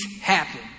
happen